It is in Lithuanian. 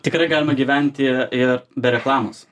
tikrai galima gyventi ir be reklamos